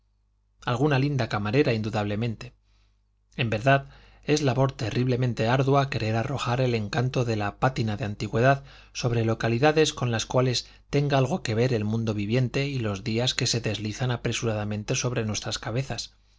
alguna linda camarera indudablemente en verdad es labor terriblemente ardua querer arrojar el encanto de la pátina de antigüedad sobre localidades con las cuales tenga algo que ver el mundo viviente y los días que se deslizan apresuradamente sobre nuestras cabezas